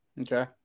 Okay